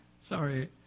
sorry